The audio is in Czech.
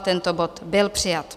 Tento bod byl přijat.